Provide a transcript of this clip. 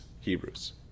Hebrews